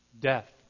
death